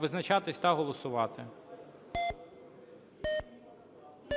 визначатися та голосувати.